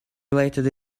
related